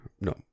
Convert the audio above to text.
No